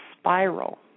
spiral